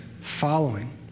following